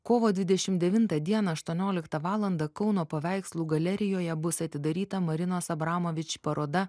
kovo dvidešim devintą dieną aštuonioliktą valandą kauno paveikslų galerijoje bus atidaryta marinos abramovič paroda